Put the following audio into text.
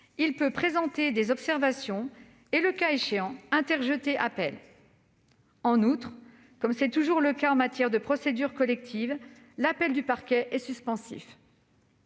qui peut y présenter des observations et, le cas échéant, interjeter appel. En outre, comme toujours en matière de procédures collectives, l'appel du parquet est suspensif.